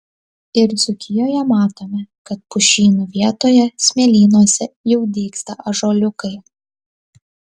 ir dzūkijoje matome kad pušynų vietoje smėlynuose jau dygsta ąžuoliukai